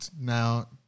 now